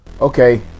Okay